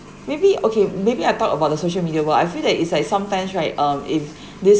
maybe okay maybe I talk about the social media [one] I feel that it's like sometimes right um if this